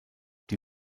die